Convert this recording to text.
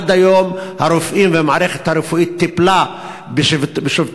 עד היום הרופאים והמערכת הרפואית טיפלו בשובתי